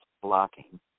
blocking